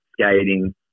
skating